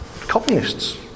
communists